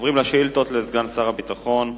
עוברים לשאילתות לסגן שר הביטחון,